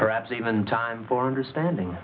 perhaps even time for understanding